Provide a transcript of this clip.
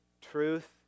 truth